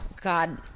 god